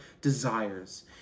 desires